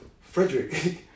Frederick